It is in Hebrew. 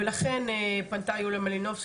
לכן פנתה יוליה מלינובסקי.